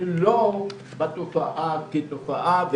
ולא בתופעה כתופעה,